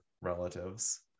relatives